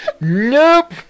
Nope